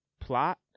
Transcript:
plot